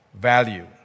value